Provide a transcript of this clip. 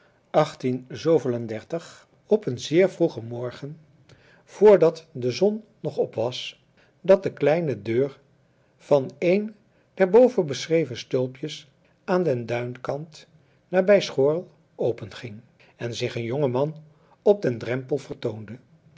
op een zeer vroegen morgen voordat de zon nog op was dat de kleine deur van een der boven beschreven stulpjes aan den duinkant nabij schoorl openging en zich een jonge man op den drempel vertoonde